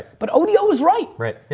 but odio was right. right.